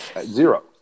Zero